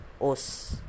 os